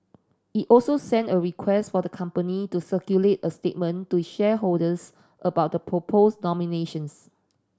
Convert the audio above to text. it also sent a request for the company to circulate a statement to shareholders about the proposed nominations